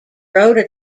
rhoda